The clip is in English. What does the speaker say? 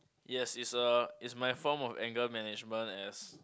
yes is a is my form of anger management as